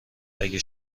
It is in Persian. اگه